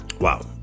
wow